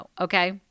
Okay